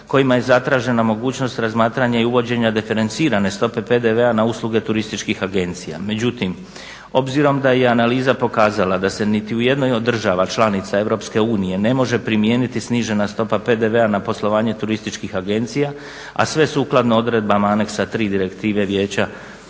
kojima je zatražena mogućnost razmatranja i uvođenja diferencirane stope PDV-a na usluge turističkih agencija. Međutim, obzirom da je analiza pokazala da se niti u jednoj od država članica EU ne može primijeniti snižena stopa PDV-a na poslovanje turističkih agencija, a sve sukladno odredbama aneksa 3. Direktive Vijeća